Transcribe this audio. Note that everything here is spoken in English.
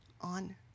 on